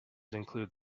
include